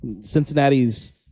Cincinnati's